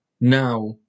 now